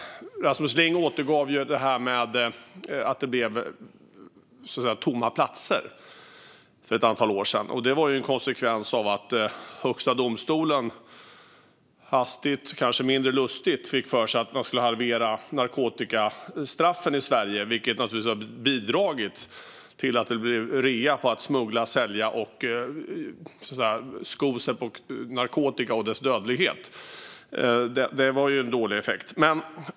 Rasmus Ling återgav det här med att det blev tomma platser för ett antal år sedan. Det var en konsekvens av att Högsta domstolen hastigt och kanske mindre lustigt fick för sig att halvera narkotikastraffen i Sverige, vilket naturligtvis bidrog till att det blev rea på att smuggla och sälja narkotika och sko sig på den och dess dödlighet. Det var ju en dålig effekt.